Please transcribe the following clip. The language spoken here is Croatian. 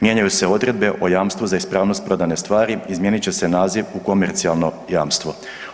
Mijenjaju se odredbe o jamstvu za ispravnost prodane stvari, izmijenit će se naziv u komercijalno jamstvo.